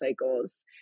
cycles